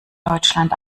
deutschland